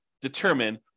determine